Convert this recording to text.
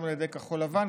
גם על ידי כחול לבן,